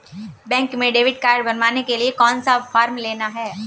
Bank में debit card बनवाने के लिए कौन सा फॉर्म लेना है?